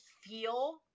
feel